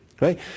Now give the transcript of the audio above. right